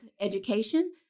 education